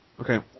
Okay